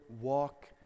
walk